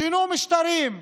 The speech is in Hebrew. שינו משטרים,